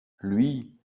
lui